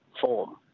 form